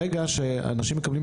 ברגע שאנשים מקבלים,